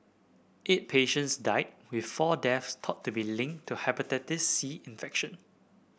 eight patients died with four deaths thought to be linked to the Hepatitis C infection